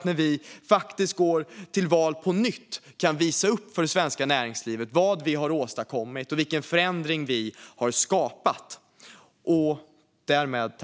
När vi går till val på nytt ska vi kunna visa upp för det svenska näringslivet vad vi har åstadkommit och vilken förändring vi har skapat.